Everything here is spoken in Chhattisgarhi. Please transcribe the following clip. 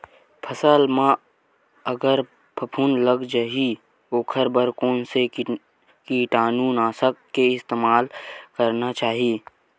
फसल म अगर फफूंद लग जा ही ओखर बर कोन से कीटानु नाशक के इस्तेमाल करना चाहि?